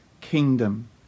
kingdom